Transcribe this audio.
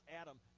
adam